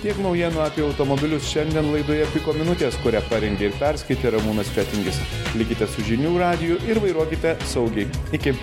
tiek naujienų apie automobilius šiandien laidoje piko minutės kurią parengė ir perskaitė ramūnas fetingis likite su žinių radiju ir vairuokite saugiai iki